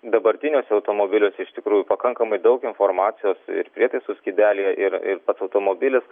dabartiniuose automobiliuose iš tikrųjų pakankamai daug informacijos ir prietaisų skydelyje ir ir pats automobilis